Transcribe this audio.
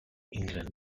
england